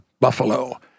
Buffalo